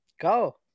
Go